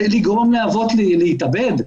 לגרום לאבות להתאבד,